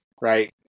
right